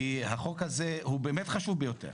החוק הזה באמת חשוב ביותר